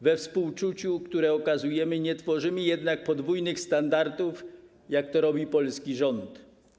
We współczuciu, które okazujemy, nie tworzymy jednak podwójnych standardów, jak to robi polski rząd.